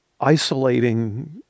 isolating